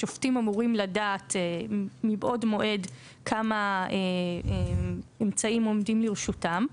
השופטים אמורים לדעת מבעוד מועד כמה אמצעים עומדים לרשותם.